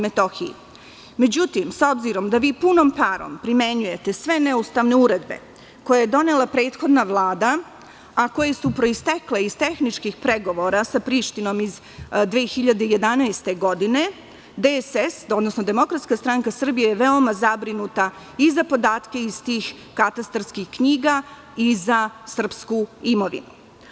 Međutim, s obzirom da vi punom parom primenjujete sve neustavne uredbe koje je donela prethodna vlada, a koje su proistekle iz tehničkih pregovora sa Prištinom iz 2011. godine, DSS je veoma zabrinuta i za podatke iz tih katastarskih knjiga i za srpsku imovinu.